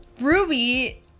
Ruby